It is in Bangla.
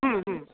হুম হুম